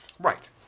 Right